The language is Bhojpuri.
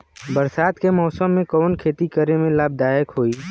बरसात के मौसम में कवन खेती करे में लाभदायक होयी?